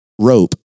rope